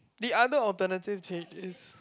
the other alternative date is